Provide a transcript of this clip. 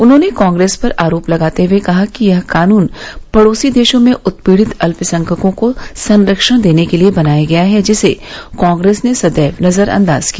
उन्होंने कॉप्रेस पर आरोप लगाते हुए कहा कि यह कानन पडोसी देशों में उत्पीडित अल्यसंख्यकों को संरक्षण देने के लिये बनाया गया है जिसे कांग्रेस ने सदैव नजरअंदाज किया